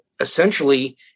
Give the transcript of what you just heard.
essentially